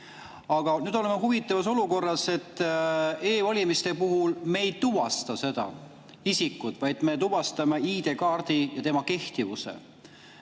Aga nüüd oleme huvitavas olukorras, kus me e‑valimiste puhul ei tuvasta seda isikut, vaid me tuvastame ID‑kaardi ja selle kehtivuse.